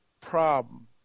problem